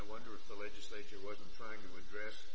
i wonder if the legislature wasn't going to address